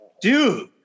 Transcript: Dude